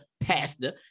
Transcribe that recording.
pastor